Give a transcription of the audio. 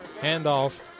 Handoff